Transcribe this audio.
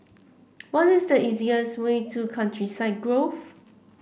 what is the easiest way to Countryside Grove